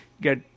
Get